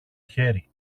χέρι